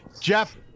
Jeff